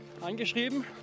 angeschrieben